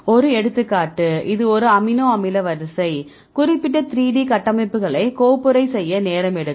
ஒரு எடுத்துக்காட்டு இது ஒரு அமினோ அமில வரிசை குறிப்பிட்ட 3D கட்டமைப்புகளை கோப்புறை செய்ய நேரம் எடுக்கும்